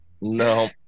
No